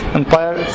empire